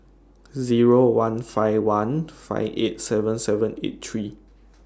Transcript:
Zero one five one five eight seven seven eight three